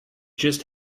just